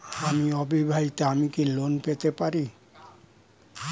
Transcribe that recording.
আমি অবিবাহিতা আমি কি লোন পেতে পারি?